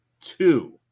two